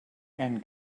and